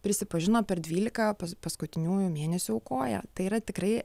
prisipažino per dvylika paskutiniųjų mėnesių aukoja tai yra tikrai